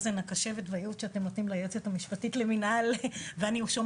האוזן הקשבת והייעוץ שהם נותנים ליועצת המשפטית למינהל הכנסת.